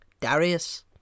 Darius